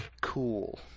Cool